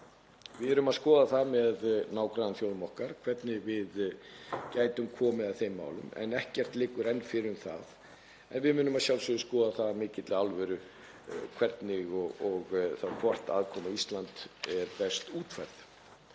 Við erum að skoða það með nágrannaþjóðum okkar hvernig við gætum komið að þeim málum en ekkert liggur enn fyrir um það, en við munum að sjálfsögðu skoða það af mikilli alvöru hvort og þá hvernig aðkoma Íslands verði best útfærð.